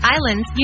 Islands